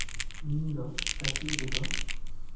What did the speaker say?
ᱤᱧ ᱫᱚ ᱠᱟᱹᱴᱤᱡ ᱨᱮᱫᱚ